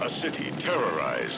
a city terrorize